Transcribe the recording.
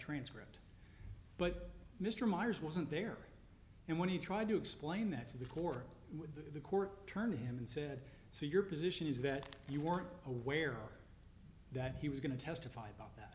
transcript but mr meyers wasn't there and when he tried to explain that to the core the court turned him and said so your position is that you weren't aware that he was going to testify about